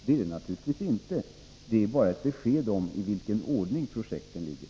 Det gör det naturligtvis inte, utan det är bara ett besked om i vilken ordning projekten ligger.